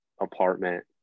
apartment